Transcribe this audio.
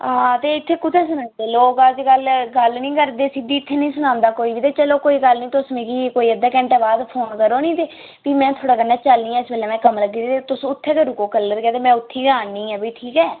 हां ते इत्थै कुतै सनांदे लोग अज्जकल गल्ल नी करदे सिद्धी इत्थै नी सनांदा कोई बी ते चलो कोई गल्ल नी तुस मिकी कोई अद्धे घैंटे बाद फोन करो नी ते फिर मैं थुआड़े कन्नै चलनी आं इस बेल्लै मैं कम्म लग्गी दी ऐ ते तुस उत्थै गै रुको कल्लर ते मैं उत्थै गै आह्नी आं ठीक ऐ